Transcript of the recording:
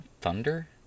Thunder